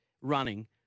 running